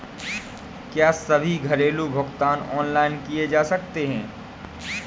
क्या सभी घरेलू भुगतान ऑनलाइन किए जा सकते हैं?